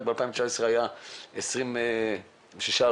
רק ב-2019 היו 26 הרוגים.